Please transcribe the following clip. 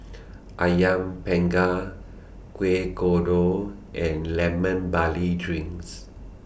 Ayam Panggang Kueh Kodok and Lemon Barley Drinks